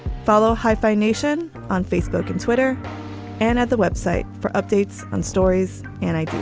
follow hyphenation on facebook and twitter and at the web site for updates on stories and ideas